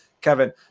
Kevin